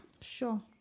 Sure